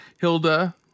Hilda